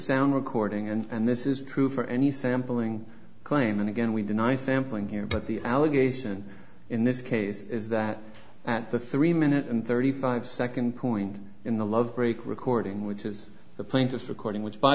sound recording and this is true for any sampling claim and again we deny sampling here but the allegation in this case is that at the three minute and thirty five second point in the love break recording which is the plaintiff recording which by